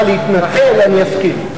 אם השר אומר שאין שום כוונה להתנצל, אני אסכים.